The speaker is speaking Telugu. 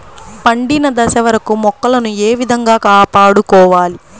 పండిన దశ వరకు మొక్కలను ఏ విధంగా కాపాడుకోవాలి?